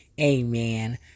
Amen